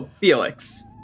Felix